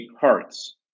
hearts